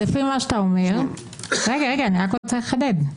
אני רוצה לחדד.